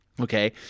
Okay